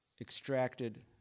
extracted